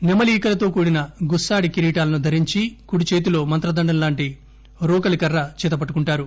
నెమలి ఈకలతో కూడిన గుస్పాడి కీరిటాలను ధరించి కుడి చేతిలో మంత్రదండం లాంటి రోకలి కర్ర చేత పట్టుకుంటారు